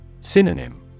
Synonym